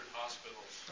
hospitals